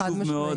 חד משמעית.